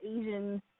Asians